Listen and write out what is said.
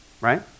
Right